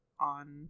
on